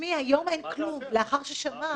מה דעתך?